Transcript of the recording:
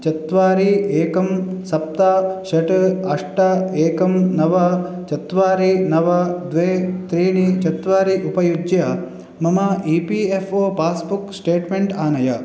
चत्वारि एकं सप्त षट् अष्ट एकं नव चत्वारि नव द्वे त्रीणि चत्वारि उपयुज्य मम E P F O passbook statement आनय